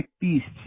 Beasts